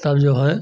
तब जो है